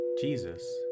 Jesus